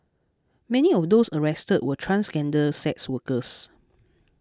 many of those arrested were transgender sex workers